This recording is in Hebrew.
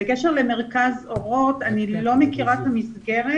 בקשר למרכז אורות, אני לא מכירה את המסגרת.